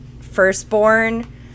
firstborn